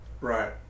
Right